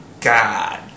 God